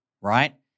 right